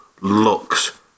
looks